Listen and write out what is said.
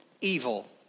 evil